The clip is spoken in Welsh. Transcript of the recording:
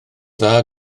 dda